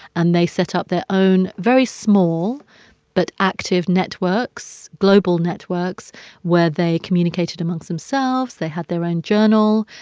and they set up their own very small but active networks global networks where they communicated amongst themselves. they had their own journal.